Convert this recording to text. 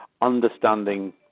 understanding